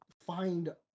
find